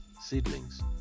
seedlings